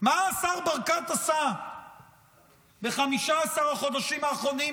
מה השר ברקת עשה ב-15 החודשים האחרונים